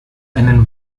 einen